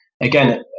again